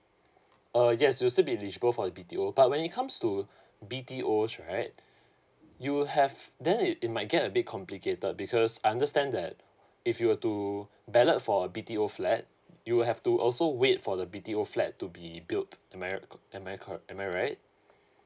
uh yes you'll still be eligible for B_T_O but when it comes to B_T_Os right you'll have then it it might get a bit complicated because I understand that if you were to ballot for a B_T_O flat you have to also wait for the B_T_O flat to be built am I righ~ am I cor~ am I right